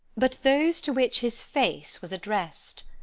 but those to which his face was addressed.